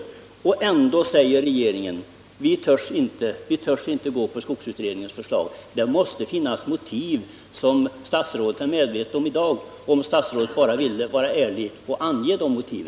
Trots detta säger regeringen att den inte törs ansluta sig till skogsutredningens förslag. Det måste redan i dag finnas motiv som statsrådet känner till. Frågan är bara om statsrådet vill vara ärlig och ange dessa motiv.